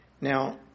Now